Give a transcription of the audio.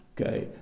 okay